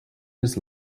his